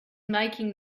making